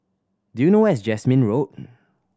do you know where is Jasmine Road